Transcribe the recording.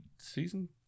season